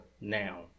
now